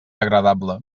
agradable